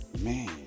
Man